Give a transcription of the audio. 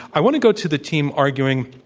i want to go to the team arguing